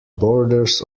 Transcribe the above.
borders